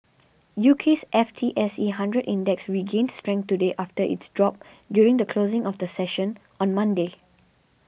UK's F T S E Hundred Index regained strength today after its drop during the closing of the session on Monday